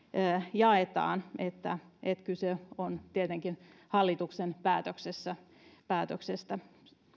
jaetaan kyse on tietenkin hallituksen päätöksestä